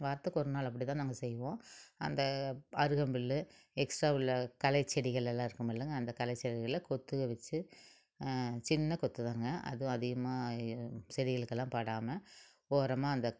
வாரத்துக்கு ஒரு நாள் அப்படி தான் நாங்கள் செய்வோம் அந்த அருகம்புல்லு எக்ஸ்ட்ரா உள்ள களைச்செடிகள் எல்லாம் இருக்கும் இல்லைங்க அந்த களைச்செடிகளை கொத்துவை வச்சு சின்ன கொத்துதாங்க அதுவும் அதிகமாக செடிகளுக்கெல்லாம் படாமல் ஓரமாக அந்த